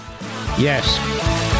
Yes